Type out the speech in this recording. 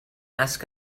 ask